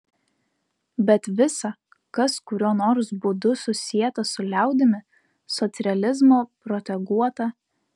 bet visa kas kuriuo nors būdu susieta su liaudimi socrealizmo proteguota